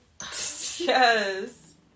Yes